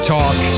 Talk